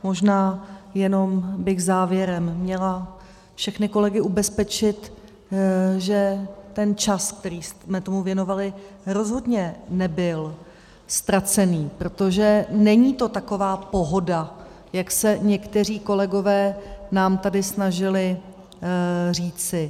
Možná bych jenom závěrem měla všechny kolegy ubezpečit, že čas, který jsme tomu věnovali, rozhodně nebyl ztracený, protože to není taková pohoda, jak se někteří kolegové nám tady snažili říci.